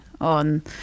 on